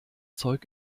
zeug